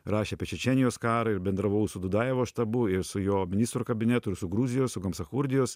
rašė apie čečėnijos karą ir bendravau su dudajevo štabu ir su jo ministrų kabinetu ir su gruzijos su gamsachurdijos